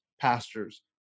pastors